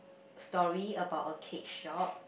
story about a cake shop